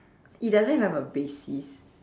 it doesn't even have a basis